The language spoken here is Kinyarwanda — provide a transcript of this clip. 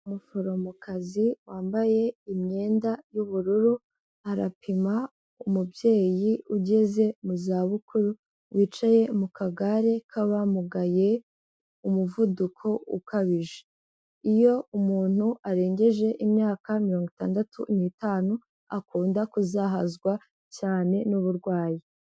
Umuforomokazi wambaye imyenda y'ubururu, arapima umubyeyi ugeze mu za bukuru wicaye mu kagare k'abamugaye, umuvuduko ukabije. Iyo umuntu arengeje imyaka mirongo itandatu n'itanu akunda kuzahazwa cyane n'uburwayi.